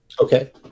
Okay